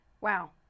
Wow